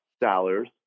dollars